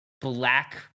black